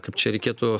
kaip čia reikėtų